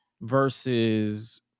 versus